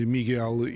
Miguel